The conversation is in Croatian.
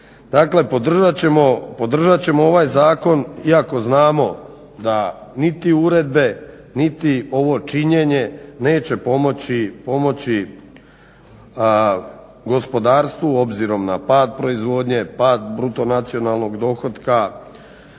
podržat ćemo ovaj zakon, iako znamo da niti uredbe, niti ovo činjenje neće pomoći gospodarstvu obzirom na pad proizvodnje, pad bruto nacionalnog dohotka,